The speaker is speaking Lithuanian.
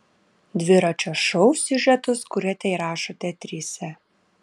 dviračio šou siužetus kuriate ir rašote trise